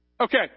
Okay